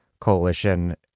coalition